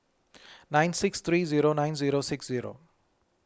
nine six three zero nine zero six zero